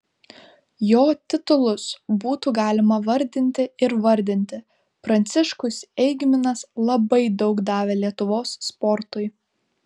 jo titulus būtų galima vardinti ir vardinti pranciškus eigminas labai daug davė lietuvos sportui